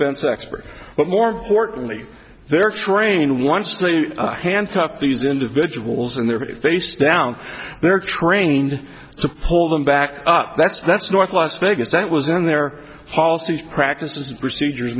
defense expert but more importantly they're trained once they handcuffed these individuals in their face down there trained to pull them back up that's that's north las vegas that was in their policy practices procedures